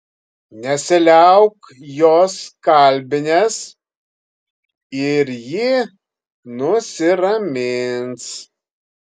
nesiliauk jos kalbinęs ir ji nusiramins